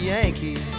Yankee